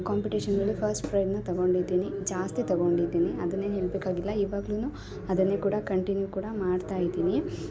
ಕಾಂಪಿಟೇಷನ್ಗಳು first ಪ್ರೈಜ್ನ ತಗೊಂಡಿದ್ದೀನಿ ಜಾಸ್ತಿ ತಗೊಂಡಿದ್ದೀನಿ ಅದನ್ನೆ ಹೇಳ್ಬೇಕಾಗಿಲ್ಲ ಇವಾಗ್ಲು ಅದನ್ನೇ ಕೂಡ ಕಂಟಿನ್ಯೂ ಕೂಡ ಮಾಡ್ತಯಿದ್ದೀನಿ